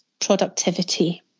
productivity